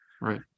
Right